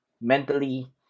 mentally